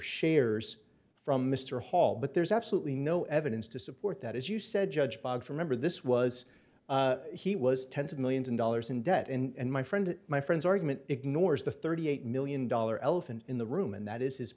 shares from mr hall but there's absolutely no evidence to support that as you said judge boggs remember this was he was tens of millions of dollars in debt and my friend my friends argument ignores the thirty eight million dollar elephant in the room and that is his